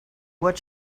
what